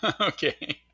okay